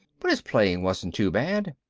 but his playing wasn't too bad.